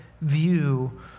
view